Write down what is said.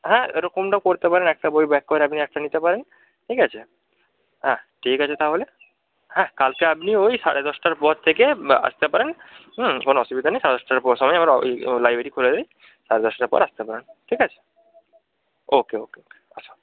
হ্যাঁ এরকমটাও করতে পারেন একটা বই ব্যাক করে আপনি একটা নিতে পারেন ঠিক আছে হ্যাঁ ঠিক আছে তাহলে হ্যাঁ কালকে আপনি ওই সাড়ে দশটার পর থেকে আসতে পারেন কোনো অসুবিধা নেই সাড়ে দশটার পর সময় আমরা ওই ও লাইব্রেরি খুলে দিই সাড়ে দশটার পর আসতে পারেন ঠিক আছে ওকে ওকে ওকে আসুন